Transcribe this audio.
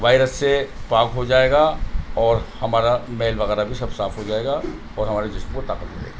virus سے پاک ہو جائے گا اور ہمارا میل وغیرہ بھی سب صاف ہو جائے گا اور ہماری جسم کو طاقت ملے گی